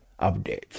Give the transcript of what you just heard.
update